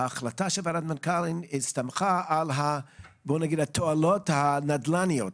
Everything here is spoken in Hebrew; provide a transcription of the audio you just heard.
ההחלטה של וועדת המנכ"לים הסתמכה על התועלות הנדל"ניות,